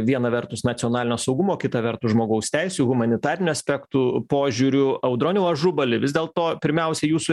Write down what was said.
viena vertus nacionalinio saugumo kita vertus žmogaus teisių humanitarinių aspektų požiūrių audroniau ažubali vis dėlto pirmiausia jūsų